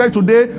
today